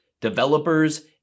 developers